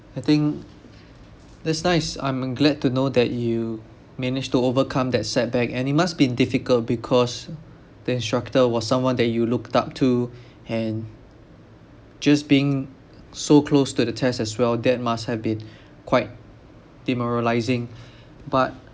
I think that's nice I'm glad to know that you manage to overcome that setback and it must be difficult because the instructor was someone that you looked up to and just being so close to the test as well that must have been quite demoralising but